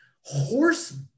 horse